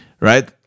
right